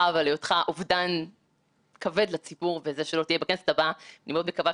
כי במשך 20 שנים נמסר כסף ציבורי למועדון חברים ששלט בבנקים ובתקשורת.